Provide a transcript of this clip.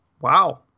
Wow